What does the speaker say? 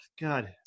God